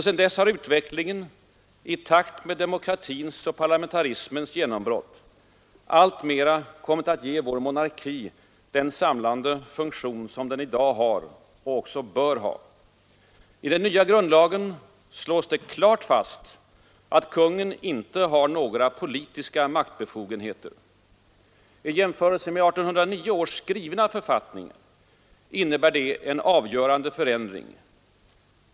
Sedan dess har utvecklingen i takt med demokratins och parlamentarismens genombrott alltmer kommit att ge vår monarki den samlande funktion som den i dag har och bör ha. I den nya grundlagen slås det klart fast att konungen inte har några politiska maktbefogenheter. I jämförelse med 1809 års skrivna författning innebär detta en avgörande förändring.